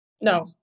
No